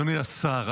אדוני השר,